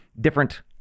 different